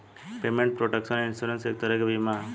payment protection insurance एक तरह के बीमा ह